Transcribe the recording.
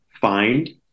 find